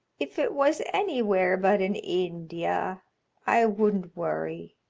if it was anywhere but in india i wouldn't worry,